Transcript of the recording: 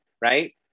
right